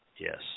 Yes